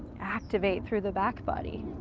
activate through the back body.